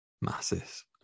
Masses